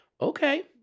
Okay